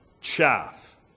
chaff